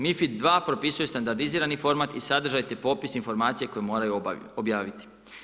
MiFID II propisuje standardizirani format i sadržaj te popis informacija koje moraju objaviti.